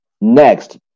Next